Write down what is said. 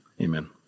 Amen